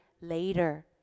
later